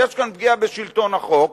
ויש כאן פגיעה בשלטון החוק,